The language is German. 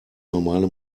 normale